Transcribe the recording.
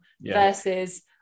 versus